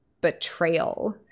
betrayal